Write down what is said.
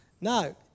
Now